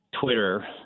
Twitter